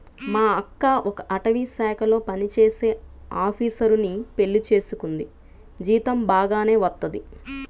మా అక్క ఒక అటవీశాఖలో పనిజేసే ఆపీసరుని పెళ్లి చేసుకుంది, జీతం బాగానే వత్తది